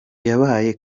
yabaye